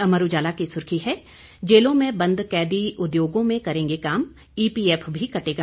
अमर उजाला की सुर्खी है हैं जेलों में बंद कैदी उद्योगों में करेंगे काम ईपीएफ भी कटेगा